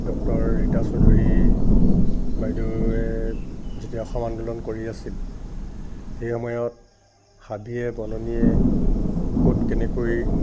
doctor Rita Choudhury বাইদেউৱে যেতিয়া অসম আন্দোলন কৰি আছিল সেই সময়ত হাবিয়ে বননিয়ে ক'ত কেনেকৈ